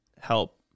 help